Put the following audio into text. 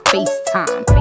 FaceTime